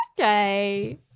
Okay